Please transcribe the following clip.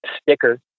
sticker